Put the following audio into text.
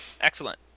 excellent